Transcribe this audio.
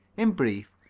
in brief,